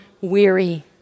weary